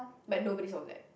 make nobody's of that